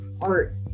art